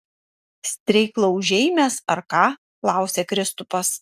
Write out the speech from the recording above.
streiklaužiai mes ar ką klausia kristupas